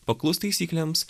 paklust taisyklėms